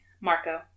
Marco